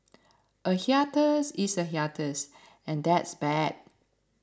a hiatus is a hiatus and that's bad